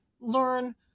learn